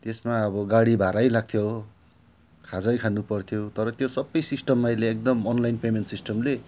त्यसमा अब गाडी भाराइ लाग्थ्यो खाजै खानुपर्थ्यो तर त्यो सबै सिस्टम अहिले एकदम अनलाइन पेमेन्ट सिस्टमले